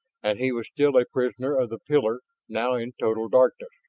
and he was still a prisoner of the pillar, now in total darkness.